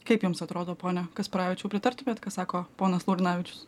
kaip jums atrodo pone kasparavičiau pritartumėt ką sako ponas laurinavičius